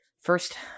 first